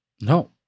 No